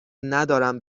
ندارم